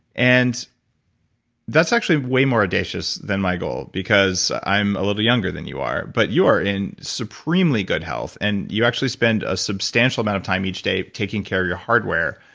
and that's actually way more audacious than my goal, because i'm a little younger than you are, but you are in supremely good health and you actually spend a substantial amount of time each day taking care of your hardware.